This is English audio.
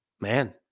man